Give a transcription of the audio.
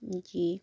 जी